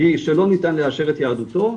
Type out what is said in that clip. היא שלא ניתן לאשר את יהדותו,